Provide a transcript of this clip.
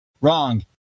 wrong